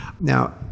Now